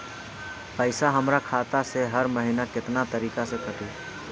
पैसा हमरा खाता से हर महीना केतना तारीक के कटी?